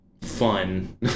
fun